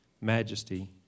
majesty